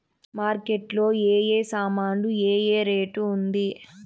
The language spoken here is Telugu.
మార్కెట్ లో ఏ ఏ సామాన్లు ఏ ఏ రేటు ఉంది?